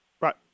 Right